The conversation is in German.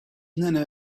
nenne